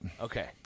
Okay